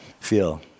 feel